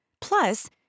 Plus